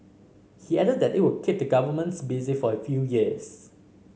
he added that it will keep the governments busy for a few years